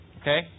Okay